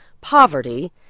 poverty